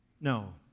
No